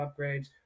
upgrades